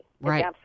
Right